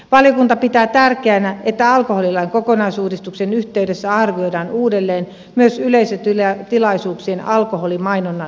valiokunta pitää tärkeänä että alkoholilain kokonaisuudistuksen yhteydessä arvioidaan uudelleen myös yleisötilaisuuksien alkoholimainonnan rajoittamista